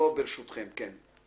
אפשר לעשות זאת בתוספת לפקודת התעבורה,